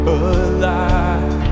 alive